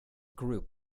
group